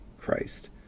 Christ